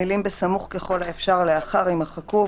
המילים: בסמוך ככל האפשר לאחר יימחקו,